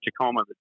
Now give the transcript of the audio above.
Tacoma